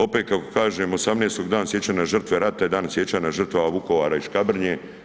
Opet kako kažem, 18., Dan sjećanja na žrtve rata i Dan sjećanja na žrtve Vukovara i Škabrnje.